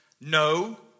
no